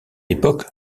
époque